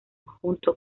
junto